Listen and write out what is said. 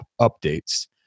updates